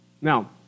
Now